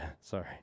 sorry